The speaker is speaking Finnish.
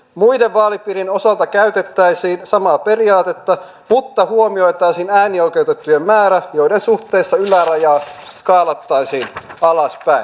muiden vaalipiirien osalta käytettäisiin samaa periaatetta mutta huomioitaisiin äänioikeutettujen määrä joiden suhteessa ylärajaa skaalattaisiin alaspäin